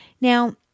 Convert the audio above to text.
Now